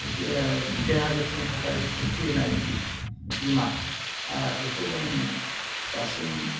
देहा जोथोननि थाखाय जिथु खुलिनाय बीमा बेखौ जों दासिम